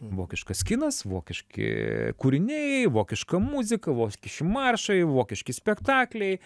vokiškas kinas vokiški kūriniai vokiška muzika vokiši maršai vokiški spektakliai